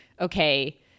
okay